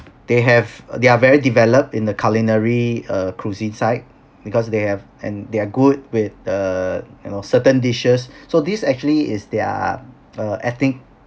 they have they are very developed in the culinary uh cruise inside because they have and they are good with err you know certain dishes so this actually is their uh ethnic